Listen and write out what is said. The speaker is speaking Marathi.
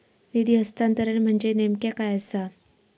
निधी हस्तांतरण म्हणजे नेमक्या काय आसा?